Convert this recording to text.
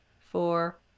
four